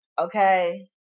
Okay